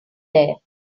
there